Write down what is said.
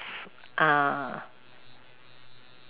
uh